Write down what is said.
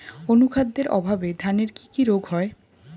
অনুখাদ্যের অভাবে ধানের কি কি রোগ হয়?